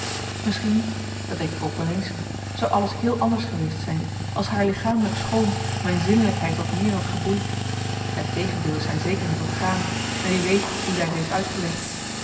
misschien dat denk ik ook wel eens zou alles heel anders geweest zijn als haar lichamelijk schoon mijn zinnelijkheid wat meer had geboeid het tegendeel is haar zeker niet ontgaan en wie weet hoe zij t heeft uitgelegd